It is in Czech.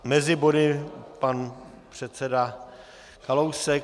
Mezi body pan předseda Kalousek.